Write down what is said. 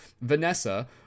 Vanessa